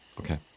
Okay